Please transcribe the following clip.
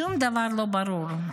שום דבר לא ברור.